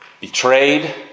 betrayed